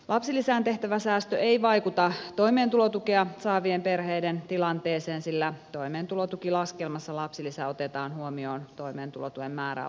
lapsilisään tehtävä säästö ei vaikuta toimeentulotukea saavien perheiden tilanteeseen sillä toimeentulotukilaskelmassa lapsilisä otetaan huomioon toimeentulotuen määrään vaikuttavana tulona